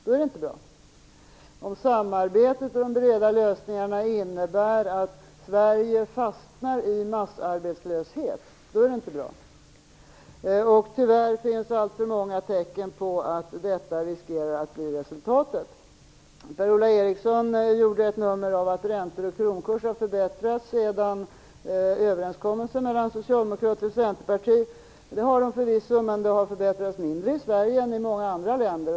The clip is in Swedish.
Det är inte bra om samarbetet och de breda lösningarna innebär att Sverige fastnar i massarbetslöshet. Tyvärr finns det alltför många tecken på att detta riskerar att bli resultatet. Per-Ola Eriksson gjorde ett nummer av att räntor och kronkurs har förbättrats sedan överenskommelsen mellan Socialdemokraterna och Centerpartiet träffades. Det har de förvisso, men de har förbättrats mindre i Sverige än i många andra länder.